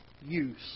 use